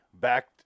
back